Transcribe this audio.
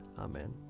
Amen